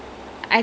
mm